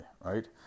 right